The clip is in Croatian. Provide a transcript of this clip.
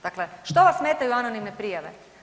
Dakle, što vas smetaju anonimne prijave?